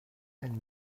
and